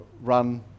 run